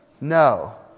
No